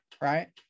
right